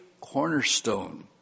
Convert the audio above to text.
cornerstone